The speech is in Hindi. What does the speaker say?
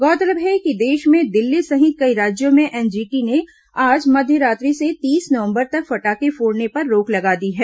गौरतलब है कि देश में दिल्ली सहित कई राज्यों में एनजीटी ने आज मध्यरात्रि से तीस नवंबर तक फटाखे फोड़ने पर रोक लगा दी है